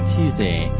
Tuesday